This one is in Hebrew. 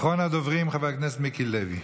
אחרון הדוברים, חבר הכנסת מיקי לוי.